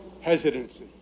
hesitancy